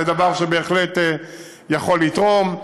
זה דבר שבהחלט יכול לתרום.